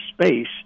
space